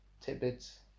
tidbits